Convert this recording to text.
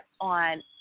on